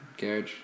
Garage